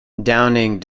downing